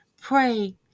pray